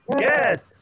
yes